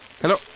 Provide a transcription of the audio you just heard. hello